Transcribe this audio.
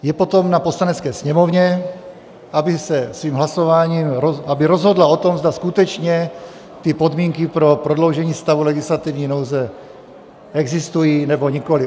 Je potom na Poslanecké sněmovně, aby svým hlasováním rozhodla o tom, zda skutečně ty podmínky pro prodloužení stavu legislativní nouze existují, nebo nikoliv.